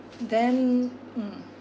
then mm